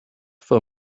for